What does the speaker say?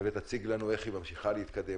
ותציג לנו איך היא ממשיכה להתקדם,